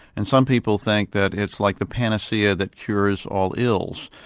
and some people think that it's like the panacea that cures all ills.